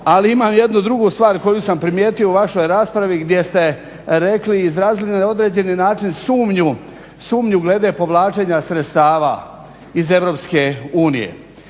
Ali imam jednu drugu stvar koju sam primijetio u vašoj raspravi gdje ste rekli i izrazili na određeni način sumnju glede povlačenja sredstava iz EU.